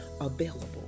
available